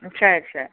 ம் சரி சரி